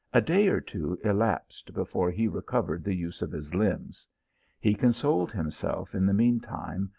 a day or two elapsed before he recovered the use of his limbs he con soled himself in the mean time,